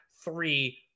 three